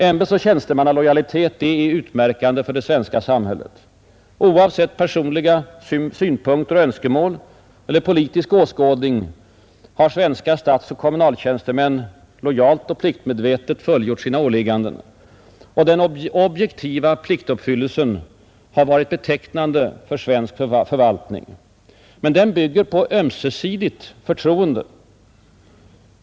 Ämbetsoch tjänstemannalojalitet är utmärkande för det svenska samhället. Oavsett personliga synpunkter och önskemål eller politisk åskådning har svenska statsoch kommunaltjänstemän lojalt och pliktmedvetet fullgjort sina åligganden. Den objektiva pliktuppfyllelsen har varit betecknande för svensk förvaltning, men den bygger på ömsesidigt förtroende.